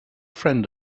friend